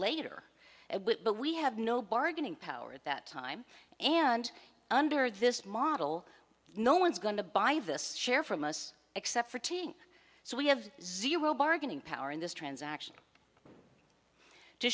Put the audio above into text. later but we have no bargaining power at that time and under this model no one's going to buy this share from us except for taking so we have zero bargaining power in this transaction to